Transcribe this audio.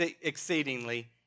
exceedingly